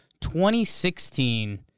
2016